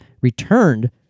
returned